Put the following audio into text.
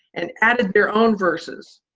and added their own verses.